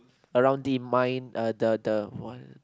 around the mine err the the one